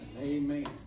amen